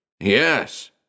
Yes